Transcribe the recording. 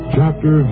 Chapter